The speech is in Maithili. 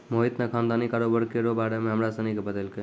मोहित ने खानदानी कारोबार केरो बारे मे हमरा सनी के बतैलकै